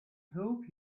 hope